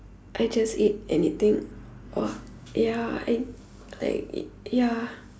I just eat anything or ya and like ya